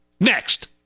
next